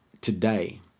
today